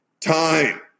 time